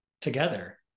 together